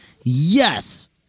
yes